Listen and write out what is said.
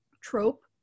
trope